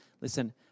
Listen